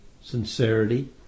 sincerity